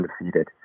Undefeated